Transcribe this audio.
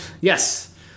yes